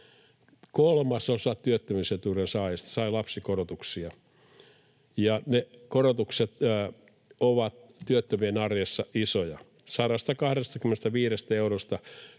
Kolmasosa työttömyysetuuden saajista sai lapsikorotuksia, ja ne korotukset ovat työttömien arjessa isoja, 125 eurosta